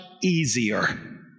easier